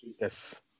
Yes